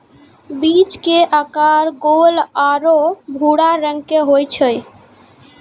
बीज के आकार गोल आरो भूरा रंग के होय छै